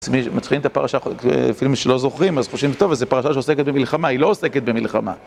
כשמתחילים את הפרשה, אפילו כשלא זוכרים, אז חושבים, טוב, זו פרשה שעוסקת במלחמה, היא לא עוסקת במלחמה.